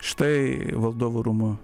štai valdovų rūmų